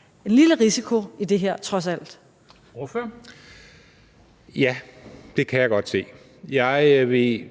Kl. 16:29 Mads Fuglede (V): Ja, det kan jeg godt se. Jeg vil